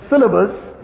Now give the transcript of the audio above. syllabus